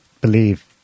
believe